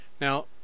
Now